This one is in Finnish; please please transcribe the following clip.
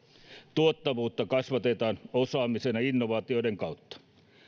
tuottavuutta kasvatetaan osaamisen ja innovaatioiden kautta